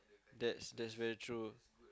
that's that's very true